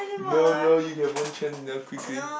no no you have one chance now quickly